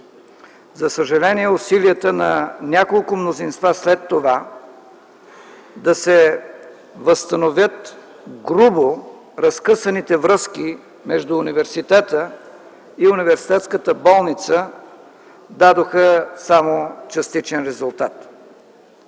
За съжаление усилията на няколко мнозинства след това да се възстановят грубо разкъсаните връзки между университета и университетската болница дадоха само частичен резултат.